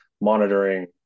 monitoring